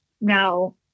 Now